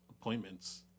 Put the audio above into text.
appointments